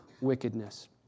wickedness